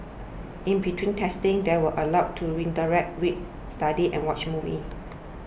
in between testing they were allowed to interact read study and watch movies